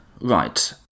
right